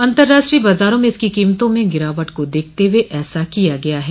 अंतराष्ट्रीय बाजार में इसकी कीमतों में गिरावट को देखते हुए ऐसा किया गया है